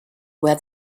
where